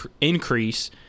increase